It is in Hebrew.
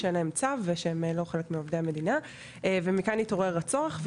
שאין להם צו והם לא חלק מעובדי המדינה ומכאן התעורר הצורך.